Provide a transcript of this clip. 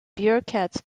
bearcats